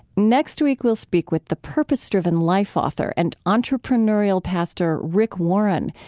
next week, we'll speak with the purpose driven life author and entrepreneurial pastor rick warren,